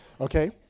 okay